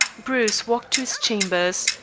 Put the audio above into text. bruce walked to his chambers,